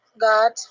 God